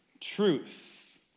truth